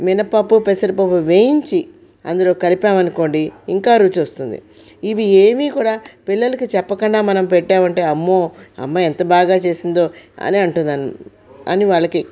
మినపప్పు పెసరపప్పు వేయించి అందులో కలిపాముకోండి ఇంకా రుచి వస్తుంది ఇవి ఏవీ కూడా పిల్లలకి చెప్పకుండా మనం పెట్టామంటే అమ్మో అమ్మ ఎంత బాగా చేసిందో అని అంటూ అని వాళ్ళకి